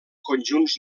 conjunts